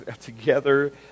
together